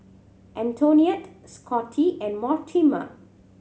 Antonetta Scotty and Mortimer